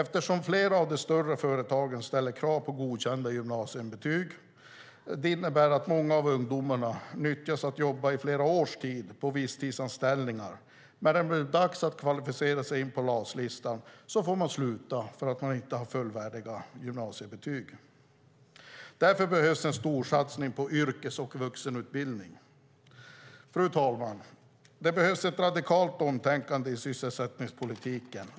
Att flera av de större företagen ställer krav på godkända gymnasiebetyg innebär att många av ungdomarna nyttjas att jobba i flera års tid på visstidsanställningar, och när det blir dags att kvalificera sig in på LAS-listan får man sluta därför att man inte har fullvärdiga gymnasiebetyg. Därför behövs en storsatsning på yrkes och vuxenutbildning. Fru talman! Det behövs ett radikalt omtänkande i sysselsättningspolitiken.